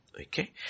Okay